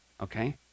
Okay